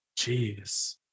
Jeez